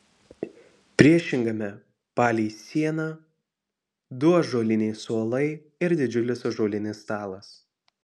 priešingame palei sieną du ąžuoliniai suolai ir didžiulis ąžuolinis stalas